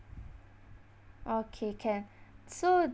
okay can so